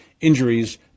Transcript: injuries